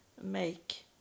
make